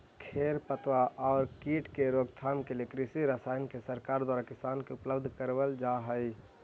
खेर पतवार आउ कीट के रोकथाम के लिए कृषि रसायन के सरकार द्वारा किसान के उपलब्ध करवल जा हई